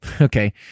okay